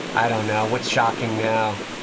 i don't know what's shocking now,